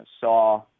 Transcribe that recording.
saw